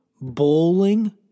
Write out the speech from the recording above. Bowling